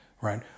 right